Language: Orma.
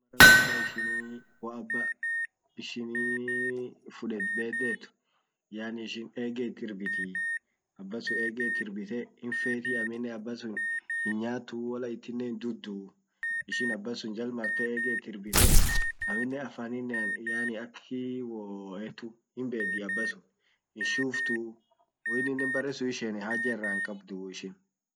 mara guda ishinii wo aba ishinii fudet bedet. yani ishin ege it irbitii aba sun ege it irbite hinfeti aminen aba sun hin nyatu wola itinen hindutu ishin aba sun jal marte ege it irbite aminen afaninean yani akii wo etu hinbedi aba sun hinshuftu wo inninen bere sun isheene haja ira hinqabdu ishin.